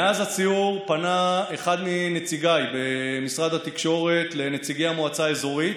מאז הסיור פנה אחד מנציגיי במשרד התקשורת לנציגי המועצה האזורית,